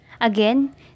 Again